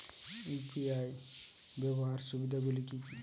UPI ব্যাবহার সুবিধাগুলি কি কি?